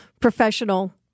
professional